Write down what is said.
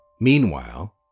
Meanwhile